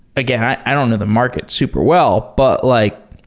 again, i i don't of the market super well, but like